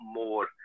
more